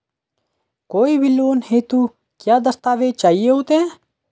कोई भी लोन हेतु क्या दस्तावेज़ चाहिए होते हैं?